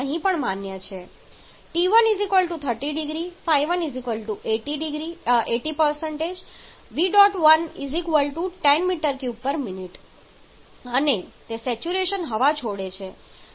તેથી T1 30 0C ϕ1 80 V1̇10 m3min અને તે સેચ્યુરેશન હવા છોડે છે